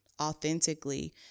authentically